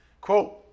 Quote